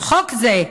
חוק זה,